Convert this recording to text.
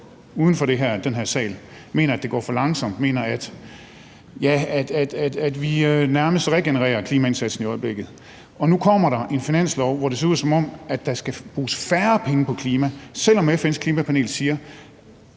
uden for den her sal mener, at det går for langsomt, mener, at vi nærmest degenererer klimaindsatsen i øjeblikket. Og nu kommer der en finanslov, hvor det ser ud, som om der skal bruges færre penge på klima, selv om FN's klimapanel siger,